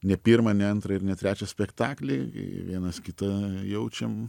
ne pirmą ne antrą ir ne trečią spektaklį vienas kitą jaučiam